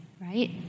right